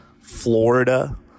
Florida